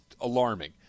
alarming